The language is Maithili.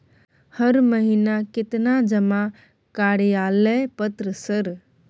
हर महीना केतना जमा कार्यालय पत्र सर?